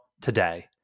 today